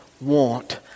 want